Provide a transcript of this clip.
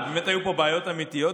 ובאמת היו פה בעיות אמיתיות.